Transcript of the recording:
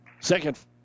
Second